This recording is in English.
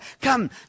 Come